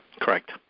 Correct